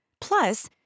Plus